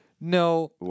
No